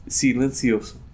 silencioso